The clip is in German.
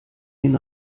den